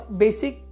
basic